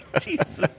Jesus